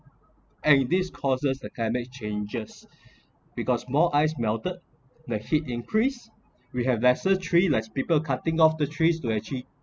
and this causes the climate changes because more ice melted the heat increase we have lesser tree likes people cutting off the trees to actually